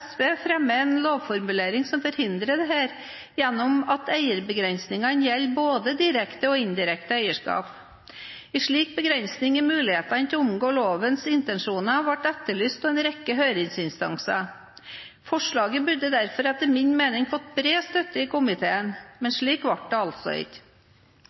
SV, fremmer en lovformulering som forhindrer dette gjennom at eierbegrensningene gjelder både direkte og indirekte eierskap. En slik begrensning i mulighetene til å omgå lovens intensjoner ble etterlyst av en rekke høringsinstanser. Forslaget burde derfor etter min mening fått bred støtte i komiteen, men slik ble det altså ikke.